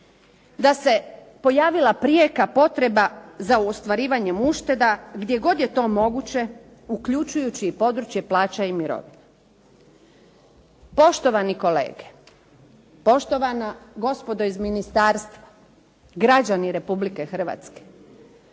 da se pojavila prijeka potreba za ostvarivanjem ušteda gdje god je to moguće, uključujući i područje plaća i mirovina. Poštovani kolege, poštovana gospodo iz ministarstva, građani Republike Hrvatske,